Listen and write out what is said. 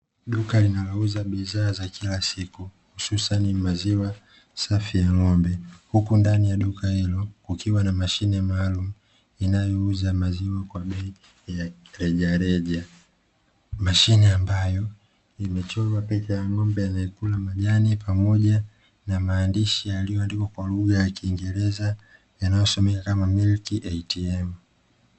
Duka linalouza bidhaa za kila siku hususani maziwa safi ya ng'ombe, huku ndani ya duka hilo kukiwa na mashine maalumu inayouza maziwa kwa bei ya rejareja. Mashine ambayo imechorwa bidhaa ya ng'ombe anaekula majani pamoja na maandishi yaliyoandikwa kwa lugha ya kingereza yanayosomeka kama "milki ATM".